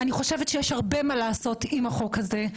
אני חושבת שיש הרבה מה לעשות עם החוק הזה,